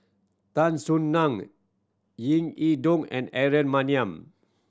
Tan Soo Nan Ying E Ding and Aaron Maniam